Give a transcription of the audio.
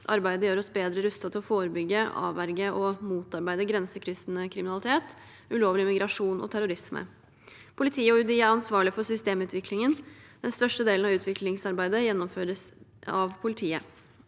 Arbeidet gjør oss bedre rustet til å forebygge, avverge og motarbeide grensekryssende kriminalitet, ulovlig migrasjon og terrorisme. Politiet og UDI er ansvarlige for systemutviklingen, den største delen av utviklingsarbeidet gjennomføres av politiet.